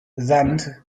sand